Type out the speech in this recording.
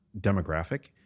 demographic